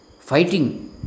Fighting